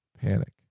panic